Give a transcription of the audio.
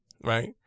right